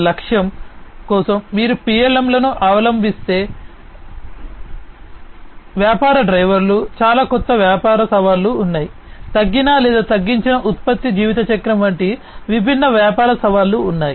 లక్ష్యం కోసం మీరు PLM ను అవలంబిస్తే వ్యాపార డ్రైవర్లు చాలా కొత్త వ్యాపార సవాళ్లు ఉన్నాయి తగ్గిన లేదా తగ్గించిన ఉత్పత్తి జీవితచక్రం వంటి విభిన్న వ్యాపార సవాళ్లు ఉన్నాయి